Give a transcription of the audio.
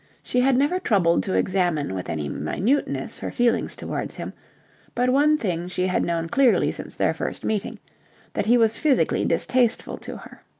she had never troubled to examine with any minuteness her feelings towards him but one thing she had known clearly since their first meeting that he was physically distasteful to her.